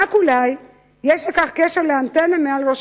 רק אולי, יש לכך קשר לאנטנה שמעל ראשם.